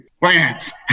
Finance